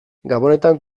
gabonetan